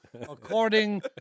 according